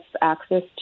access